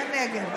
הוא בנגב.